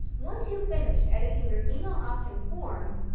once you've finished editing your email opt-in form,